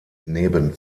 neben